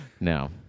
No